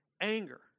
anger